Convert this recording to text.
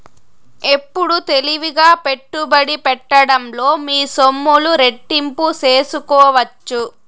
ఎప్పుడు తెలివిగా పెట్టుబడి పెట్టడంలో మీ సొమ్ములు రెట్టింపు సేసుకోవచ్చు